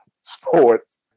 Sports